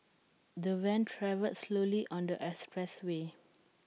the van travelled slowly on the expressway